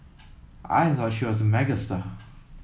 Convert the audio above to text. I thought she was a megastar